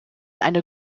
einer